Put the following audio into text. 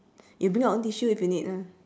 you bring your own tissue if you need lah